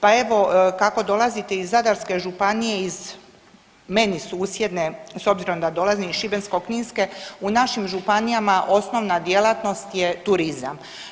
Pa evo kako dolazite iz Zadarske županije iz meni susjedne s obzirom da dolazim iz Šibensko-kninske u našim županijama osnovna djelatnost je turizam.